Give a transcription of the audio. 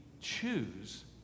choose